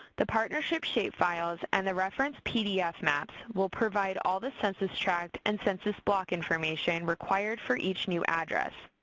the partnership shapefiles and the reference pdf maps will provide all the census tract and census block information required for each new address